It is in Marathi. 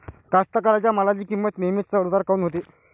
कास्तकाराइच्या मालाची किंमत नेहमी चढ उतार काऊन होते?